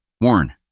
Warn